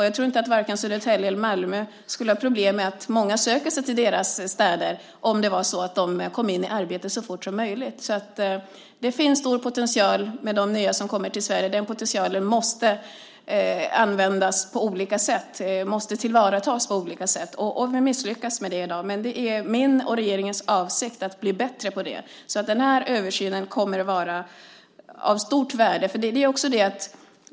Jag tror inte att vare sig Södertälje eller Malmö skulle ha problem med att många söker sig till just dessa städer om människorna kom in i arbete så fort som möjligt. Det finns en stor potential hos de nya som kommer till Sverige. Den potentialen måste tillvaratas på olika sätt. Vi misslyckas med det i dag. Det är min och regeringens avsikt att vi ska bli bättre på det. Översynen kommer att vara av stort värde.